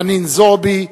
חנין זועבי,